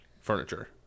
furniture